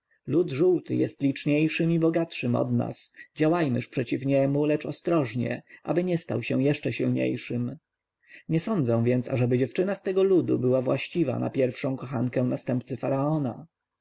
żółty jest liczniejszym i bogatszym od nas działajmyż przeciw niemu lecz ostrożnie aby nie stał się jeszcze silniejszym nie sądzę więc ażeby dziewczyna z tego ludu była właściwa na pierwszą kochankę następcy faraona